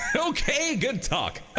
so okay, good talk!